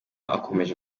akomeje